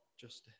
justice